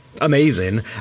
Amazing